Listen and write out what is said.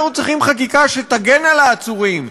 אנחנו צריכים חקיקה שתגן על העצורים,